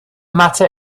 matter